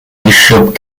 bishop